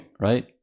right